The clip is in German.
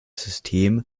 system